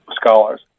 scholars